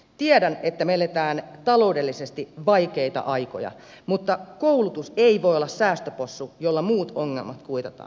tiedän että me elämme taloudellisesti vaikeita aikoja mutta koulutus ei voi olla säästöpossu jolla muut ongelmat kuitataan